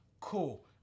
Cool